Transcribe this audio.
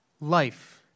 life